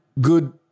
good